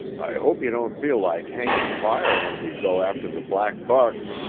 i hope you don't feel like hanging fire when we go after the black buck.